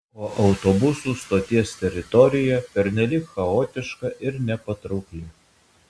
o autobusų stoties teritorija pernelyg chaotiška ir nepatraukli